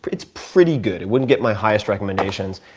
it's pretty good. it wouldn't get my highest recommendations.